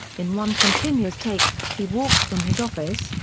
in one continuous take, he walks from his office,